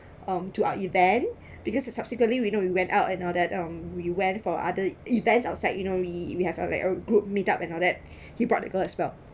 um to our event because it subsequently we know we went out and all that um we went for other events outside you know we we have uh like a group meet up and all that he brought the girl as well